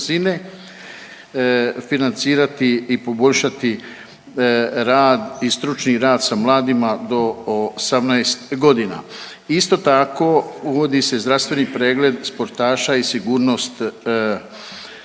razine financirati i poboljšati rad i stručni rad sa mladima do 18 godina. Isto tako uvodi se zdravstveni pregled sportaša i sigurnost natjecanja,